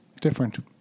Different